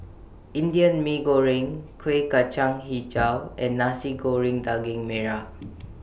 Indian Mee Goreng Kuih Kacang Hijau and Nasi Goreng Daging Merah